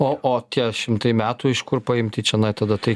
o o tie šimtai metų iš kur paimti čianai tada tai